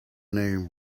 name